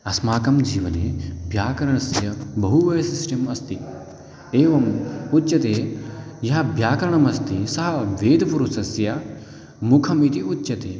अस्माकं जीवने व्याकरणस्य बहु वैशिष्ट्यम् अस्ति एवम् पूज्यते यः व्याकरणम् अस्ति सः वेदपुरुषस्य मुखम् इति उच्यते